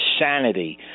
insanity